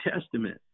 Testament